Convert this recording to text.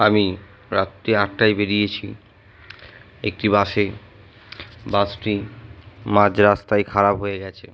আমি রাত্রি আটটায় বেরিয়েছি একটি বাসে বাসটি মাঝ রাস্তায় খারাপ হয়ে গিয়েছে